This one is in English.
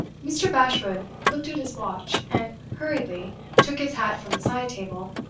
mr. bashwood looked at his watch, and hurriedly took his hat from a side-table.